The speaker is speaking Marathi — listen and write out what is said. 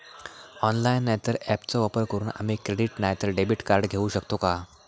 ऑनलाइन नाय तर ऍपचो वापर करून आम्ही क्रेडिट नाय तर डेबिट कार्ड घेऊ शकतो का?